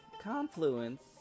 confluence